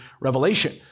Revelation